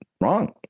wrong